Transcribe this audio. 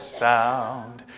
sound